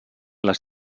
les